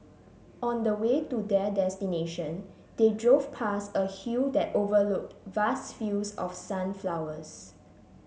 on the way to their destination they drove past a hill that overlooked vast fields of sunflowers